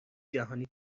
جهانی